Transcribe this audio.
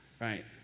right